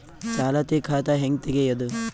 ಚಾಲತಿ ಖಾತಾ ಹೆಂಗ್ ತಗೆಯದು?